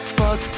fuck